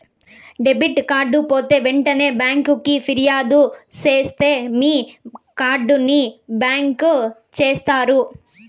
debit card పోతే ఎంటనే బ్యాంకికి ఫిర్యాదు సేస్తే మీ కార్డుని బ్లాక్ చేస్తారు